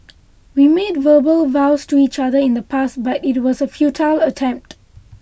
we made verbal vows to each other in the past but it was a futile attempt